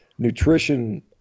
Nutrition